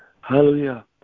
Hallelujah